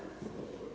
Hvala